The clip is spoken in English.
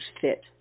fit